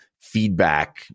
feedback